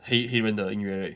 黑黑人的音乐 right